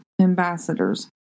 ambassadors